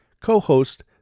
co-host